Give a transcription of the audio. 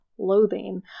Loathing